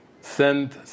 send